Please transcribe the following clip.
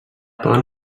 poden